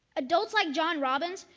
adults like john robbins,